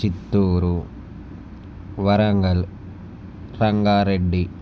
Chittoor Warangal Rangareddy